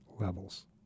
levels